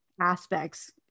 aspects